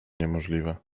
niemożliwe